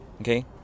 okay